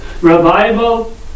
Revival